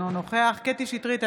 אינו נוכח קטי קטרין שטרית,